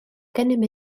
gennym